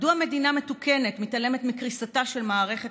מדוע מדינה מתוקנת מתעלמת מקריסתה של מערכת